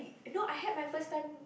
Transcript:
you know I had my first time